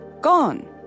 gone